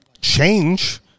change